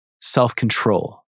self-control